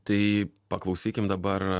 tai paklausykim dabar